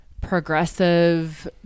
progressive